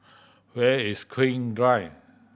where is King Drive